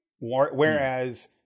whereas